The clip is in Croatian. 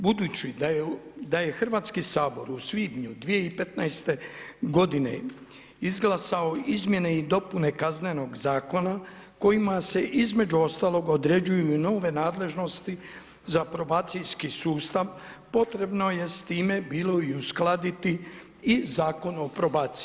Budući da je Hrvatski sabor u svibnju 2015. godine izglasao izmjene i dopune Kaznenog zakona kojima se između ostalog određuju i nove nadležnosti za probacijski sustav potrebno je s time bilo i uskladiti i Zakon o probaciji.